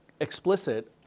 explicit